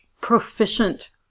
proficient